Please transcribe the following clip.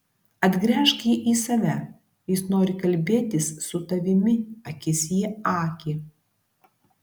atgręžk jį į save jis nori kalbėtis su tavimi akis į akį